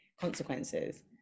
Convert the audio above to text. consequences